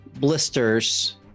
blisters